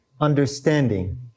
Understanding